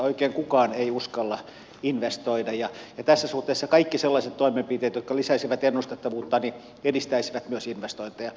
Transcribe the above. oikein kukaan ei uskalla investoida ja tässä suhteessa kaikki sellaiset toimenpiteet jotka lisäisivät ennustettavuutta edistäisivät myös investointeja